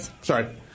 Sorry